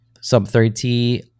sub-30